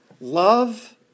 love